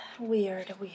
Weird